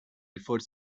before